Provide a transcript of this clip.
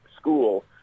School